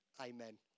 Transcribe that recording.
Amen